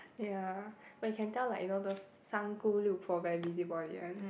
ya but you can tell like you know those 三姑六婆 very busybody one